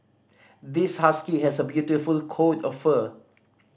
this husky has a beautiful coat of fur